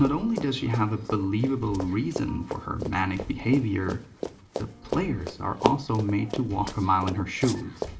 not only does she have a believable reason for her manic behavior the players are also made to walk a mile in her shoes.